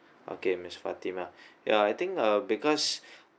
okay miss fatimah ya I think uh because